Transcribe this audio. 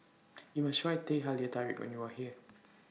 YOU must Try Teh Halia Tarik when YOU Are here